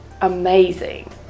amazing